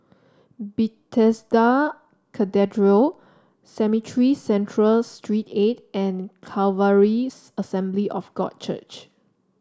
Bethesda Cathedral Cemetry Central Street Eight and Calvaries Assembly of God Church